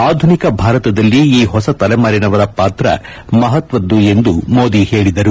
ಆಧುನಿಕ ಭಾರತದಲ್ಲಿ ಈ ಹೊಸ ತಲೆಮಾರಿನವರ ಪಾತ್ರ ಮಹತ್ವದ್ದು ಎಂದು ಮೋದಿ ಹೇಳಿದರು